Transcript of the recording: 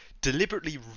Deliberately